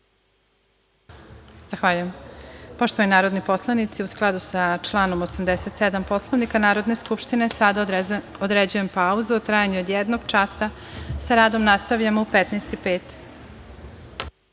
Zahvaljujem. Poštovani narodni poslanici, u skladu sa članom 87. Poslovnika Narodne skupštine, sada određujem pauzu u trajanju od jednog časa. Sa radom nastavljamo u 15.05